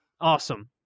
Awesome